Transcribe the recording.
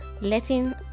letting